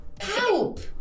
Help